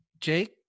Jake